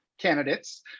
candidates